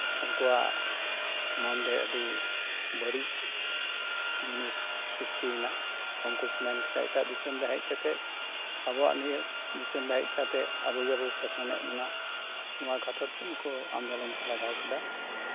ᱩᱱᱠᱩᱣᱟᱜ ᱢᱚᱱᱨᱮ ᱟᱹᱰᱤ ᱵᱟᱹᱲᱤᱡ ᱡᱤᱱᱤᱥ ᱥᱨᱤᱥᱴᱤ ᱭᱮᱱᱟ ᱩᱱᱠᱩ ᱠᱚ ᱠᱚ ᱢᱮᱱ ᱠᱮᱫᱟ ᱮᱴᱟᱜ ᱫᱤᱥᱚᱢᱨᱮ ᱦᱮᱡ ᱠᱟᱛᱮᱫ ᱟᱵᱚᱣᱟᱜ ᱱᱤᱭᱟᱹ ᱫᱤᱥᱚᱢᱨᱮ ᱦᱮᱡ ᱠᱟᱛᱮᱫ ᱟᱵᱚ ᱜᱮᱠᱚ ᱥᱟᱥᱚᱱᱮᱫ ᱵᱚᱱᱟ ᱱᱚᱶᱟ ᱠᱷᱟᱹᱛᱤᱨ ᱛᱮ ᱱᱩᱠᱩ ᱟᱱᱫᱳᱞᱚᱱ ᱠᱚ ᱞᱟᱜᱟᱣ ᱠᱮᱫᱟ